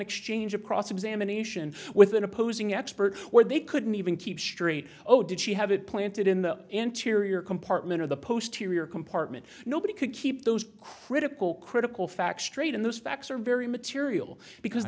exchange of cross examination with an opposing expert where they couldn't even keep straight oh did she have it planted in the interior compartment of the post here compartment nobody could keep those critical critical facts straight and those facts are very material because